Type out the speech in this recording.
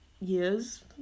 years